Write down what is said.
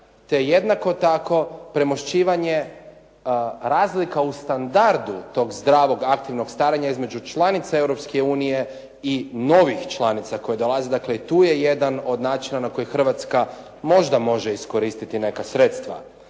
te jednako tako premošćivanje razlika u standardu tog zdravog aktivnog starenja između članica Europske unije i novih članica koje dolaze. Dakle, i tu je jedan od načina na koji Hrvatska možda može iskoristiti neka sredstva.